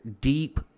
deep